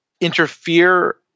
interfere